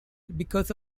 because